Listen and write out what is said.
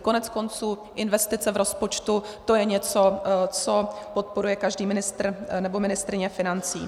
Koneckonců investice v rozpočtu, to je něco, co podporuje každý ministr nebo ministryně financí.